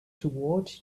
toward